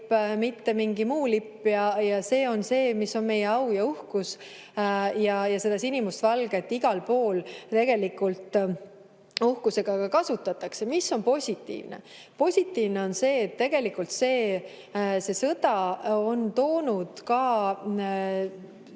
mitte mingi muu lipp. See on see, mis on meie au ja uhkus. Ja seda sinimustvalget igal pool tegelikult uhkusega ka kasutatakse. Mis on positiivne? Positiivne on see, et tegelikult see sõda on toonud ka